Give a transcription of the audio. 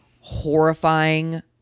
horrifying